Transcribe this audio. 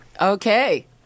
Okay